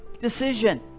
decision